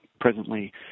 presently